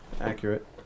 accurate